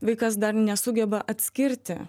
vaikas dar nesugeba atskirti